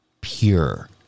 pure